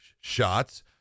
shots